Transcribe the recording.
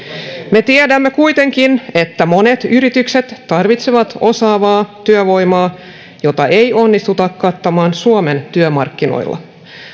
me tiedämme kuitenkin että monet yritykset tarvitsevat osaavaa työvoimaa jota ei onnistuta kattamaan suomen työmarkkinoilla